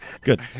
Good